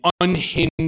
unhinged